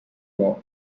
war